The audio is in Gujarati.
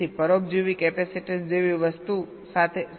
તેથી પરોપજીવી કેપેસીટન્સ જેવી વસ્તુ સાથે સી બસ